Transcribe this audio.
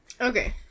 Okay